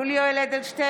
נגד יולי יואל אדלשטיין,